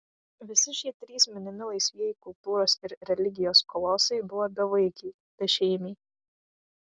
visi šie trys minimi laisvieji kultūros ir religijos kolosai buvo bevaikiai bešeimiai